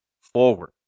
forward